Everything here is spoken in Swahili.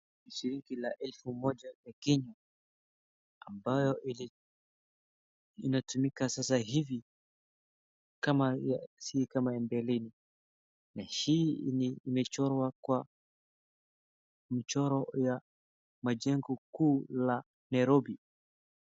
Shilingi la elfu moja ya Kenya ambayo inatumika sasa hivi si kama ya mbeleni. Na hii imechorwa kwa mchoro ya majengo kuu la Nairobi.